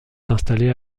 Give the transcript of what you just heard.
s’installer